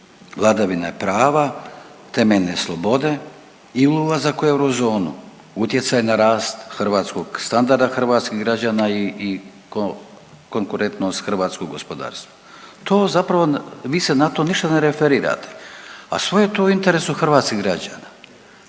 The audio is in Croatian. vladavine prava, temeljne slobode i ulazak u eurozonu, utjecaj na rast hrvatskog .../Govornik se ne razumije./... hrvatskih građana i konkurentnost hrvatskog gospodarstva. To zapravo, vi se na to ništa ne referirate, a sve je to u interesu hrvatskih građana,